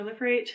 proliferate